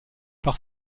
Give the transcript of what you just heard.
par